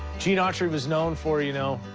gene autry was known for, you know,